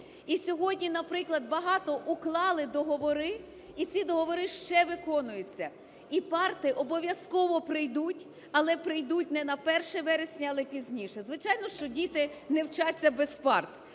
І сьогодні, наприклад, багато уклали договори, і ці договори ще виконуються, і парти обов'язково прийдуть, але прийдуть не на 1 вересня, а пізніше. Звичайно, що діти не вчаться без парт.